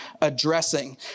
addressing